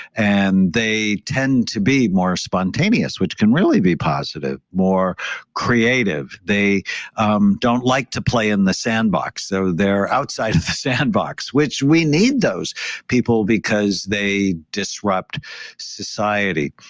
and they tend to be more spontaneous which can really be positive more creative. they um don't like to play in the sandbox. so they're outside of the sandbox which we need those people because they disrupt society,